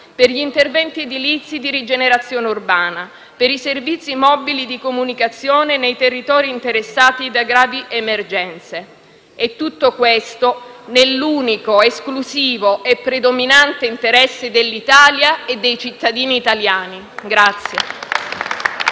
per gli interventi edilizi di rigenerazione urbana, per i servizi mobili di comunicazione nei territori interessati da gravi emergenze. Tutto ciò si compie nell'unico, esclusivo e predominante interesse dell'Italia e dei cittadini italiani.